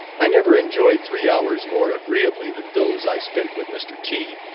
i never enjoyed three hours more agreeably than those i spent with mr. t.